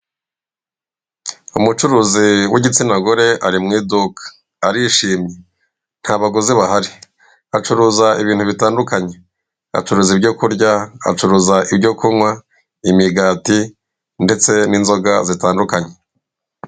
Umucuruzi w'igitsina gore arimwiduka, arishimwe nta baguzi bahari, acuruza ibintu bitandukanye, acuruza ibyo kurya, acuruza byo kunywa, imigati ndetse n'inzoga zitandukanye.